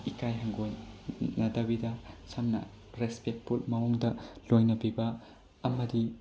ꯏꯀꯥꯏ ꯍꯪꯒꯣꯏꯅꯗꯕꯤꯗ ꯁꯝꯅ ꯔꯦꯁꯄꯦꯛ ꯃꯑꯣꯡꯗ ꯂꯣꯏꯅꯕꯤꯕ ꯑꯃꯗꯤ